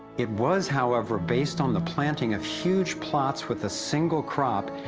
it was however based on the planting of huge plots with a single crop,